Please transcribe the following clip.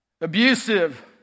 abusive